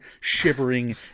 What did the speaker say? shivering